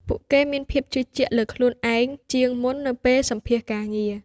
ពួកគេមានភាពជឿជាក់លើខ្លួនឯងជាងមុននៅពេលសម្ភាសន៍ការងារ។